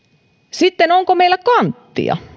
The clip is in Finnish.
sitten onko meillä kanttia